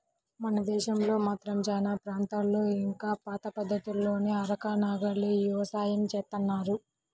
మన దేశంలో మాత్రం చానా ప్రాంతాల్లో ఇంకా పాత పద్ధతుల్లోనే అరక, నాగలి యవసాయం జేత్తన్నారు